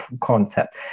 concept